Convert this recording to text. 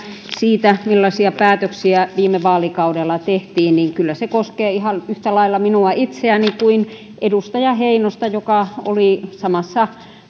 siitä millaisia päätöksiä viime vaalikaudella tehtiin niin kyllä se koskee ihan yhtä lailla minua itseäni kuin edustaja heinosta joka oli samassa